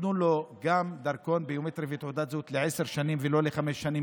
ייתנו לו גם דרכון ביומטרי ותעודת זהות לעשר שנים ולא חמש שנים,